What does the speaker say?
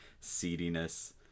seediness